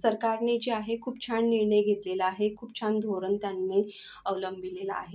सरकारने जे आहे खूप छान निर्णय घेतलेला आहे खूप छान धोरण त्यांनी अवलंबिलेलं आहे